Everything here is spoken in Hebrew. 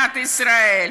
במדינת ישראל.